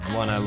one